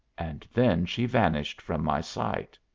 and then she vanished from my sight.